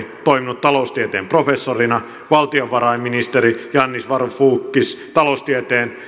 toiminut taloustieteen professorina ja valtiovarainministeri gianis varoufakis taloustieteen